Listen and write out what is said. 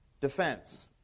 defense